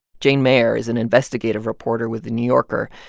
jane mayer is an investigative reporter with the new yorker,